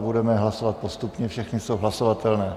Budeme hlasovat postupně, všechny jsou hlasovatelné.